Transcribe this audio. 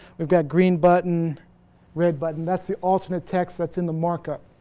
we've got green button red button' that's the alternate text that's in the markup